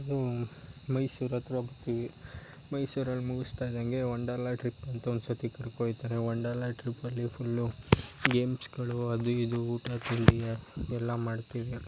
ಮೈಸೂರು ಹತ್ರ ಹೋಗ್ತೀವಿ ಮೈಸೂರಲ್ಲಿ ಮುಗಿಸ್ತಾ ಇದ್ದಂತೆ ವಂಡರ್ ಲ ಟ್ರಿಪ್ ಅಂತ ಒಂದು ಸರ್ತಿ ಕರ್ಕೊ ಹೋಗ್ತಾರೆ ವಂಡರ್ ಲ ಟ್ರಿಪ್ಪಲ್ಲಿ ಫುಲ್ಲು ಗೇಮ್ಸ್ಗಳು ಅದು ಇದು ಊಟ ತಿಂಡಿ ಎಲ್ಲ ಮಾಡ್ತೀವಿ